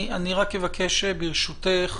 אני רק אבקש ברשותך